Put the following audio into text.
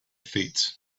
feet